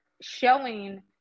showing